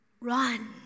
Run